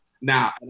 Now